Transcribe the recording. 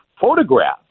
photograph